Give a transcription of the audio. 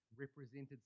represented